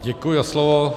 Děkuji za slovo.